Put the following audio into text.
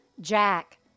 Jack